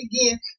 again